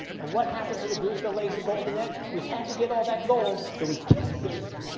and what happened to the goose that lays the golden egg, we had to get all that gold so we killed the goose,